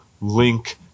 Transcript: Link